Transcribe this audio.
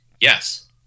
Yes